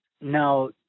Now